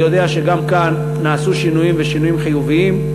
אני יודע שגם כאן נעשו שינויים, ושינויים חיוביים,